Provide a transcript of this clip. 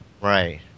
Right